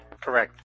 Correct